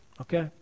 Okay